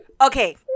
Okay